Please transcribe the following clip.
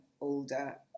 older